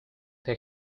they